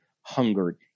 hungered